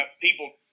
people